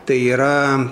tai yra